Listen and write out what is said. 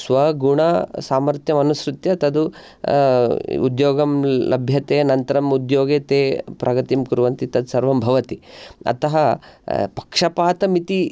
स्वगुण सामर्थम् अनुसृत्य तदु उद्योगं लभ्यते अनन्तरम् उद्योगे ते प्रगतिं कुर्वन्ति तत् सर्वं भवति अतः पक्षपातम् इति